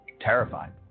Terrified